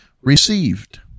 received